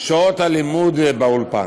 שעות הלימוד באולפן.